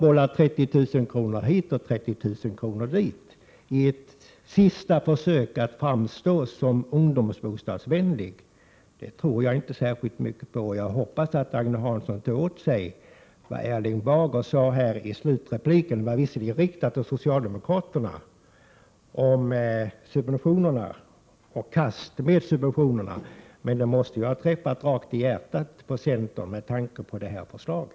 Jag tror nämligen inte särskilt mycket på att man i ett sista försök att framstå som vänligt inställd när det gäller ungdomsbostäder kan bolla 30 000 kr. hit och 30 000 kr. dit. Jag hoppas att Agne Hansson tog åt sig vad Erling Bager sade i sin senaste replik om kast med subventionerna. Det var visserligen riktat mot socialdemokraterna, men det måste ha träffat centern rakt i hjärtat, med tanke på ert förslag.